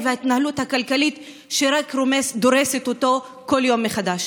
וההתנהלות הכלכלית שרק דורסת אותו כל יום מחדש.